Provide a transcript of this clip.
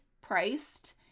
priced